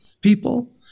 people